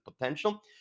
potential